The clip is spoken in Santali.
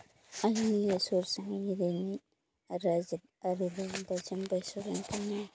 ᱟᱞᱮ ᱱᱤᱭᱟᱹ ᱥᱩᱨ ᱥᱟᱺᱜᱤᱧ ᱨᱮᱱ ᱨᱟᱡᱽᱟᱨᱤ ᱫᱚᱞ ᱫᱚ ᱪᱟᱹᱢᱯᱟᱹᱭ ᱥᱚᱨᱮᱱ ᱠᱟᱱᱟᱭ